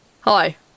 Hi